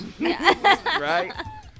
Right